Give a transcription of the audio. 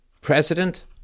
president